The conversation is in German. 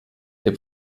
der